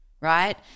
right